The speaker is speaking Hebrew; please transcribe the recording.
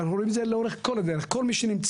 ואנחנו רואים את זה לאורך כל הדרך, כל מי שנמצא,